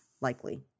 Likely